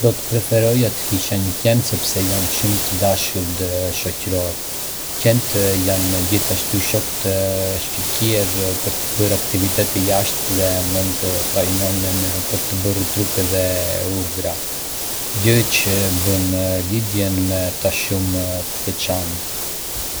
Do të preferoja të kisha një qen sepse janë shumë të dashur dhe shoqërorë. Qentë janë gjithashtu shokë të shkëlqyer për të bërë aktivitete jashtë dhe mund të trajnohen për të bërë truke dhe urdhra, gjë që e bën lidhjen me ta shumë të veçantë.